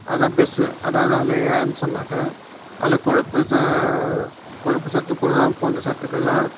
அதான் பெஸ்ட்டுன்னு அதாவது அதில் ஏன்னு சொன்னாக்கா அதில் கொழுப்பு கொழுப்பு சத்து புரதம் போன்ற சத்துக்கள்லாம்